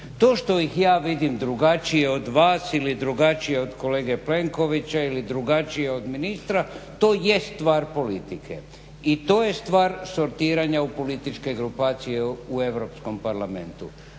To što ih ja vidim drugačije od vas ili drugačije od kolege Plenkovića ili drugačije od ministra to jest stvar politike i to je stvar sortiranja u političke grupacije u EU parlamentu.